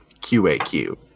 QAQ